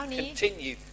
continue